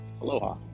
aloha